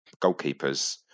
goalkeepers